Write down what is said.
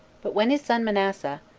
but when his son manasseh,